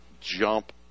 jump